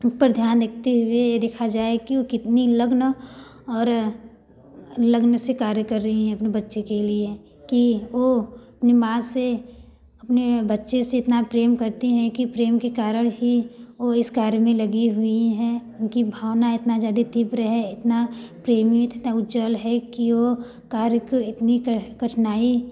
उस पर ध्यान रखते हुए यह देखा जाए कि वह कितनी लगन और लगन से कार्य कर रही हैं अपने बच्चे के लिए कि वह अपने माँ से अपने बच्चे से इतना प्रेम करती हैं कि प्रेम के कारण ही वह इस कार्य में लगी हुई हैं उनकी भावना इतना ज़्यादा तीव्र है इतना प्रेम में इतना उज्जवल है कि वह कार्य क इतनी क कठिनाई